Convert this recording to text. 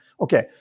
okay